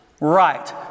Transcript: right